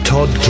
Todd